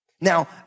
Now